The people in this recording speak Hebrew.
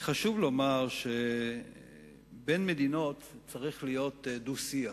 חשוב לומר שבין מדינות צריך להיות דו-שיח,